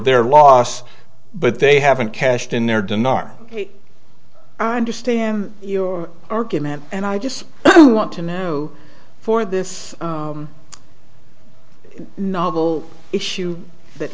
their loss but they haven't cashed in their dinar understand your argument and i just want to narrow for this novel issue that